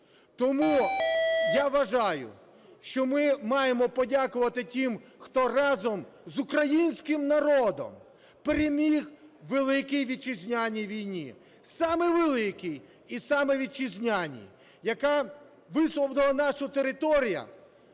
Тому я вважаю, що ми маємо подякувати тим, хто разом з українським народом переміг у Великій Вітчизняній війні. Саме Великій і саме Вітчизняній, яка висвободила нашу територію,